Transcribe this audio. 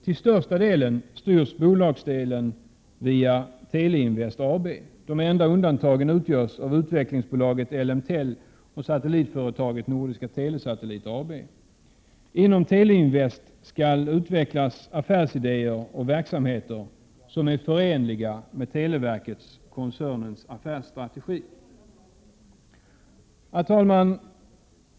Till största delen styrs bolagsdelen via Teleinvest AB. De enda undantagen utgörs av utvecklingsbolaget Ellemtell och satellitföretaget Nordiska Telesatellit AB. Inom Teleinvest AB skall utvecklas affärsidéer och verksamheter som är förenliga med televerkskoncernens affärsstrategi. Herr talman!